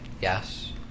Yes